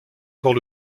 encore